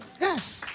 Yes